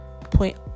point